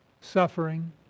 suffering